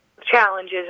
challenges